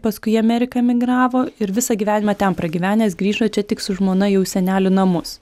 paskui į ameriką emigravo ir visą gyvenimą ten pragyvenęs grįžo čia tik su žmona jau į senelių namus